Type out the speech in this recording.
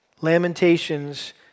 Lamentations